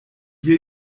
will